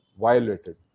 violated